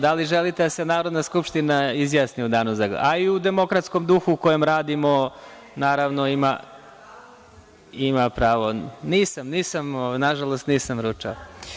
Da li želite da se Narodna skupština izjasni u danu za glasanje, a i u demokratskom duhu u kojem radimo, naravno ima pravo. [[Vjerica Radeta: Prejeo si se na pauzi, pa sada ne slušaš.]] Nažalost, nisam ručao.